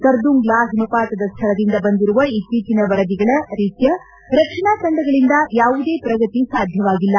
ಕರ್ದುಂಗ್ ಲಾ ಹಿಮಪಾತದ ಸ್ವಳದಿಂದ ಬಂದಿರುವ ಇತ್ತೀಚಿನ ವರದಿಗಳ ರೀತ್ಯ ರಕ್ಷಣಾ ತಂಡಗಳಿಂದ ಯಾವುದೇ ಪ್ರಗತಿ ಸಾಧ್ಯವಾಗಿಲ್ಲ